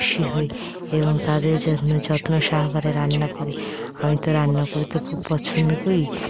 খুশি হই এবং তাঁদের জন্য যত্ন সহকারে রান্না করি আমি তো রান্না করতে খুব পছন্দ করি